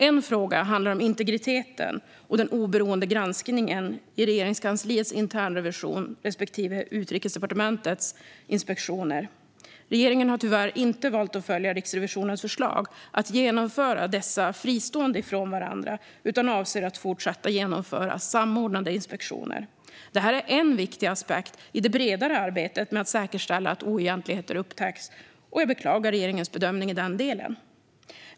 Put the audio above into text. En fråga handlar om integriteten och den oberoende granskningen i Regeringskansliets internrevision respektive Utrikesdepartementets inspektioner. Regeringen har tyvärr inte valt att följa Riksrevisionens förslag att genomföra dessa fristående från varandra utan avser att fortsätta genomföra samordnade inspektioner. Detta är en viktig aspekt i det bredare arbetet med att säkerställa att oegentligheter upptäcks, och jag beklagar regeringens bedömning i den delen.